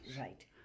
Right